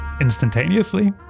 instantaneously